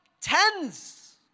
Tens